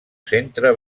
centre